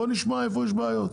בוא נשמע איפה יש בעיות.